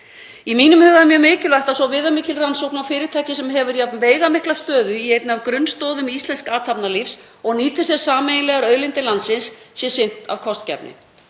Í mínum huga er mjög mikilvægt að svo viðamikilli rannsókn á fyrirtæki sem hefur jafn veigamikla stöðu í einni af grunnstoðum íslensks athafnalífs og nýtir sér sameiginlegar auðlindir landsins sé sinnt af kostgæfni.